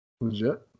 legit